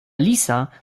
lisa